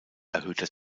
erhöhter